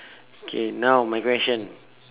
K now my question